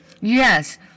Yes